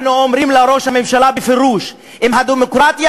אנחנו אומרים לראש הממשלה בפירוש: אם הדמוקרטיה